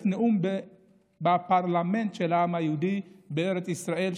נאום בפרלמנט של העם היהודי בארץ ישראל,